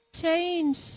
Change